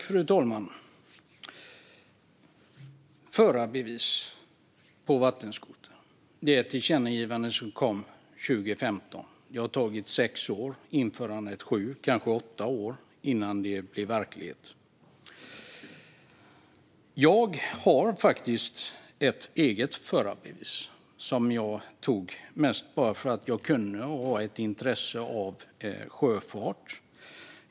Fru talman! Det kom ett tillkännagivande 2015 om förarbevis för vattenskoter, men det kommer att ta sex år, kanske sju eller åtta år, innan det blir verklighet. Jag har faktiskt ett eget förarbevis, som jag tog för att jag kunde och för att jag har ett intresse för sjöfart.